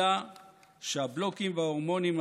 אלא שהבלוקרים וההורמונים,